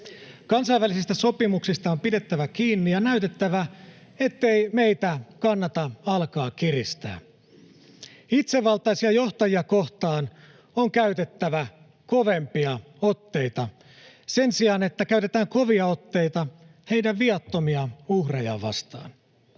Kansainvälisistä sopimuksista on pidettävä kiinni ja näytettävä, ettei meitä kannata alkaa kiristää. Itsevaltaisia johtajia kohtaan on käytettävä kovempia otteita sen sijaan, että käytetään kovia otteita heidän viattomia uhrejaan vastaan.